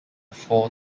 four